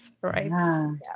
right